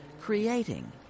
creating